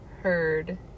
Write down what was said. heard